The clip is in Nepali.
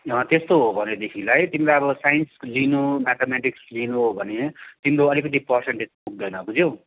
त्यस्तो हो भनेदेखिलाई तिमीलाई अब साइन्स लिनु म्याथम्याटिक्स लिनु हो भने तिम्रो अलिकति पर्सन्टेज पुग्दैन बुझ्यौ